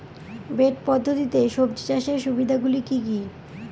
Bed পদ্ধতিতে সবজি চাষের সুবিধাগুলি কি কি?